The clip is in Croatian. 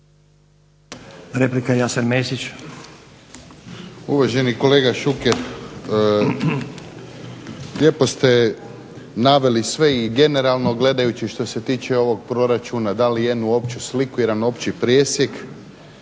**Mesić, Jasen (HDZ)** Uvaženi kolega Šuker, lijepo ste naveli sve i generalno gledajući što se tiče ovog proračuna dali jednu opću sliku i jedan opći presjek,